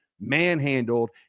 manhandled